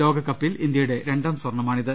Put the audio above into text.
ലോകകപ്പിൽ ഇന്ത്യയുടെ രണ്ടാം സ്വർണമാ ണിത്